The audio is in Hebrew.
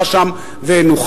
משרת ואת המטרות שלו,